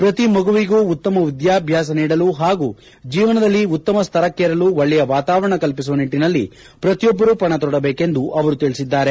ಪ್ರತಿ ಮಗುವಿಗೂ ಉತ್ತಮ ವಿದ್ಯಾಭ್ಯಾಸ ನೀಡಲು ಹಾಗೂ ಜೀವನದಲ್ಲಿ ಉತ್ತಮ ಸ್ವರಕ್ಷೇರಲು ಒಳ್ಳೆಯ ವಾತಾವರಣ ಕಲ್ಪಿಸುವ ನಿಟ್ಟನಲ್ಲಿ ಪ್ರತಿಯೊಬ್ಬರು ಪಣ ತೊಡಬೇಕೆಂದು ಅವರು ತಿಳಿಸಿದ್ದಾರೆ